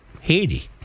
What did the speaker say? Haiti